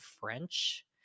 french